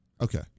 Okay